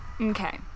Okay